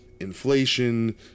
inflation